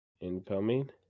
Incoming